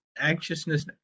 anxiousness